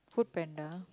FoodPanda